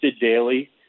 daily